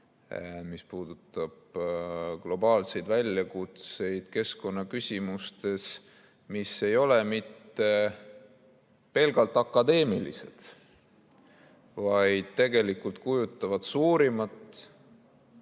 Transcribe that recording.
See puudutab globaalseid väljakutseid keskkonnaküsimustes, mis ei ole mitte pelgalt akadeemilised, vaid tegelikult kujutavad endast